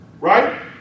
right